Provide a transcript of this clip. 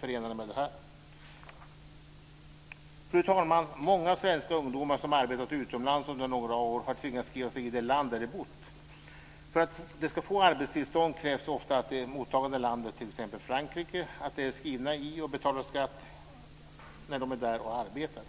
förenade med det här. Fru talman! Många svenska ungdomar som har arbetat utomlands under några år har tvingats skriva sig i det land där de bott. För att de ska få arbetstillstånd krävs ofta av det mottagande landet, t.ex. Frankrike, att de är skrivna och betalar skatt i det land där de arbetar.